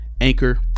Anchor